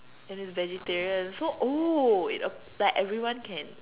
and it's vegetarian so oh it uh like everyone can